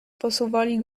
posuwali